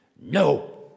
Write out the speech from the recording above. No